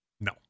No